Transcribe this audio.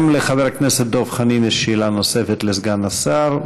גם לחבר הכנסת דב חנין יש שאלה נוספת לסגן השר,